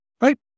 right